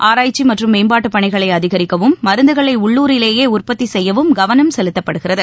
ஆராய்ச்சிமற்றும் மேம்பாட்டுபணிகளைஅதிகரிக்கவும் மருந்துகளைஉள்ளூரிலேயேஉற்பத்திசெய்யவும் கவனம் செலுத்தப்படுகிறது